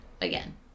again